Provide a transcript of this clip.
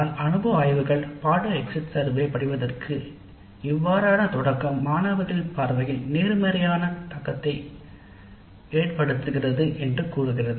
ஆனால் அனுபவ ஆய்வுகள் படிப்புக்கு அத்தகைய ஆரம்பம் மாணவர்களின் பார்வையில் நேர்மறையான தாக்கத்தை ஏற்படுத்துகிறது என்று கூறுகிறது